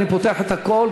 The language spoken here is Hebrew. אני פותח את הכול,